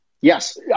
Yes